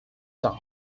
dark